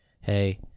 hey